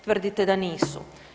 Tvrdite da nisu.